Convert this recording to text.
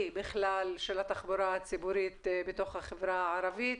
של התחבורה הציבורית בתוך החברה הערבית.